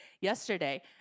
yesterday